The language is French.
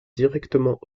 directement